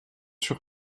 sur